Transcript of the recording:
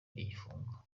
n’igifungo